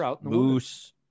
moose